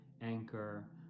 Anchor